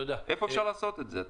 איפה אפשר לעשות את זה?